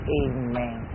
amen